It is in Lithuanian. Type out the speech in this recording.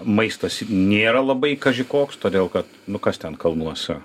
maistas nėra labai kaži koks todėl kad nu kas ten kalnuose